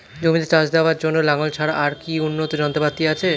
জমিতে চাষ দেওয়ার জন্য লাঙ্গল ছাড়া আর কি উন্নত যন্ত্রপাতি আছে?